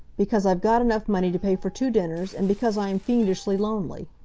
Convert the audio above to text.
because i've got enough money to pay for two dinners, and because i am fiendishly lonely.